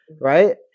right